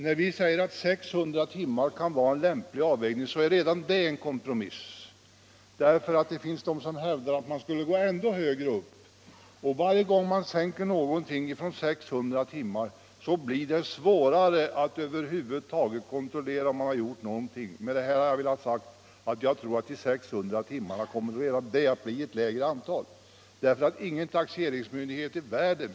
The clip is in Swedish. När vi säger att 600 timmar kan vara en lämplig avvägning, så är redan det en kompromiss, för det finns de som hävdar att man skulle gå ändå högre upp. Och varje gång man gör någon sänkning från 600 timmar blir det svårare att över huvud taget kontrollera om vederbörande har gjort = Nr 76 någonting. Med detta har jag velat säga att jag tror att det redan med gränsen 600 timmar kommer att bli ett lägre antal, för ingen taxeringsmyndighet i världen.